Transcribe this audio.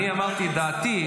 לא, אני אמרתי את דעתי.